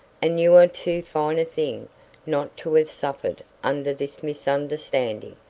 and you are too fine a thing not to have suffered under this misunderstanding.